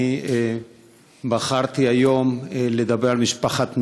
אני בחרתי היום לדבר על משפחת ניר.